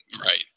Right